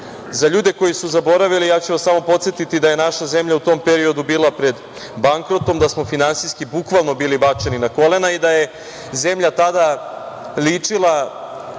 ljude koji su zaboravili podsetiću vas da je naša zemlja u tom periodu bili pred bankrotom, da smo finansijski bukvalno bili bačeni na kolena i da je zemlja tada ličila